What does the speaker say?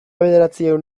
bederatziehun